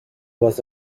was